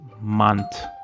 month